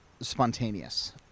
spontaneous